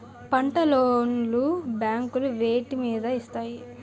పంట లోన్ లు బ్యాంకులు వేటి మీద ఇస్తాయి?